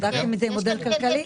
בדקתם את זה עם מודל כלכלי?